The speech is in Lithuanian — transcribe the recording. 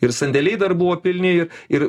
ir sandėliai dar buvo pilni ir ir